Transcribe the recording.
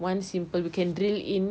one simple we can drill in